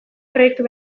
proiektu